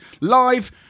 live